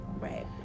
Right